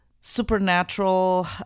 supernatural